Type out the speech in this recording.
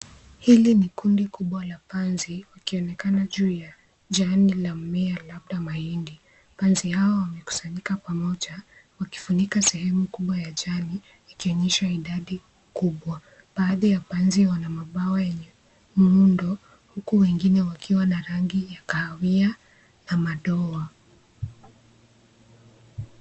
Hili ni kundi kubwa ya panzi wakionekana juu ya jani la mmea labda mahindi. Panzi hao wamekusanyika pamoja wakifunika sehemu kubwa ya jani ikionyesha idadi kubwa. Baadhi ya panzi wana mabawa yenye muundo. Huku wengine wakiwa na rangi ya kahawia na madoa.